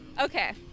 Okay